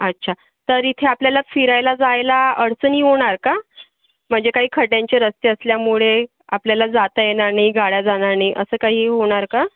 अच्छा तर इथे आपल्याला फिरायला जायला अडचणी होणार का म्हणजे काही खड्ड्यांचे रस्ते असल्यामुळे आपल्याला जाता येणार नाही गाड्या जाणार नाही असं काही होणार का